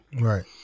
Right